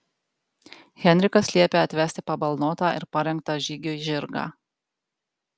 henrikas liepia atvesti pabalnotą ir parengtą žygiui žirgą